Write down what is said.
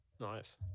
Nice